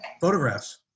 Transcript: photographs